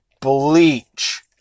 Bleach